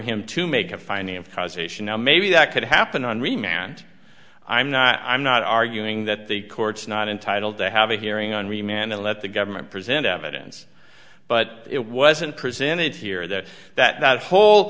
him to make a finding of causation now maybe that could happen on remand i'm not i'm not arguing that the court's not entitled to have a hearing on re man and let the government present evidence but it wasn't presented here that that whole that whole